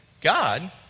God